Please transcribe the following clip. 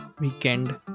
weekend